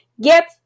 get